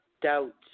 doubt